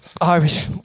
Irish